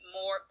more